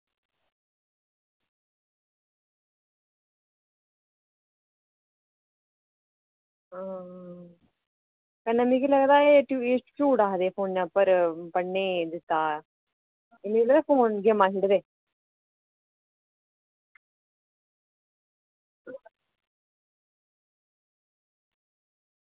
हां कन्नै मिगी लगदा एह् झूठ आखदे फोनै पर पढ़ने ई दित्ता ते लेई लैंदे फोन ते गेमां खेढदे